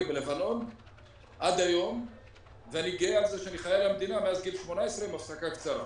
בלבנון ואני גאה על כך שאני חייל במדינה מאז גיל 18 עם הפסקה קצרה.